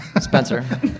Spencer